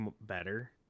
better